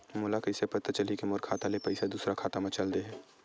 मोला कइसे पता चलही कि मोर खाता ले पईसा दूसरा खाता मा चल देहे?